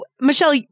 Michelle